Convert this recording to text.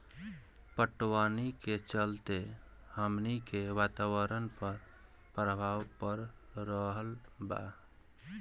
पटवनी के चलते हमनी के वातावरण पर प्रभाव पड़ रहल बा